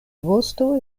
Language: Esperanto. vosto